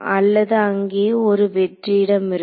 அல்லது அங்கே ஒரு வெற்றிடம் இருக்கும்